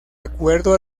acuerdo